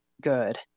good